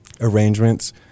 arrangements –